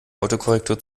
autokorrektur